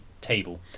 table